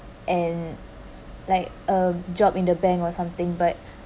and like a job in the bank or something but